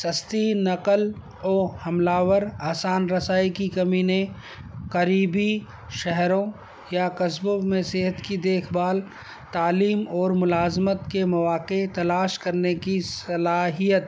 سستی نقل و حملہ آور آسان رسائی کی کمی نے قریبی شہروں یا قصبوں میں صحت کی دیکھ بھال تعلیم اور ملازمت کے مواقع تلاش کرنے کی صلاحیت